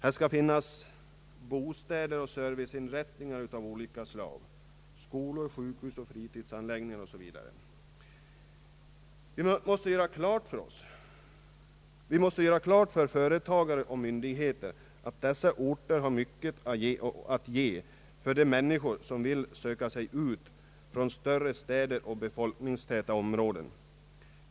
Här skall finnas bostäder och serviceinrättningar av olika slag — skolor, sjukhus, fritidsanläggningar o.s.v. Vi måste göra klart för företagare och myndigheter att dessa orter har mycket att ge för de människor som vill söka sig ut från större städer och befolkningstäta områden.